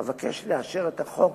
אבקש לאשר את החוק